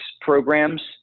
programs